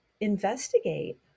investigate